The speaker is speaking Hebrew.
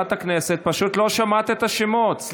מזכירת הכנסת פשוט לא שומעת את השמות.